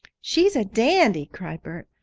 she's a dandy! cried bert.